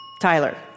Tyler